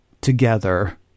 together